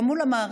גם מול המערכת,